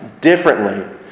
differently